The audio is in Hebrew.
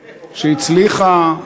שהצליחה,